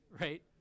right